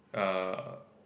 err